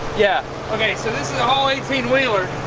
yeah okay, so this haul eighteen wheeler,